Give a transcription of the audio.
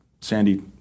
Sandy